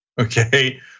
okay